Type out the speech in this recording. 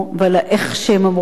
ועל האיך שהם אמרו.